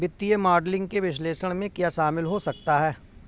वित्तीय मॉडलिंग के विश्लेषण में क्या शामिल हो सकता है?